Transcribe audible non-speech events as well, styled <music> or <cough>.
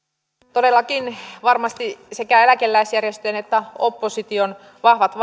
todellakin varmasti sekä eläkeläisjärjestöjen että opposition vahvojen <unintelligible>